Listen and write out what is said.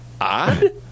odd